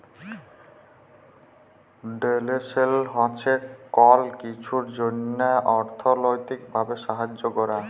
ডোলেসল হছে কল কিছুর জ্যনহে অথ্থলৈতিক ভাবে সাহায্য ক্যরা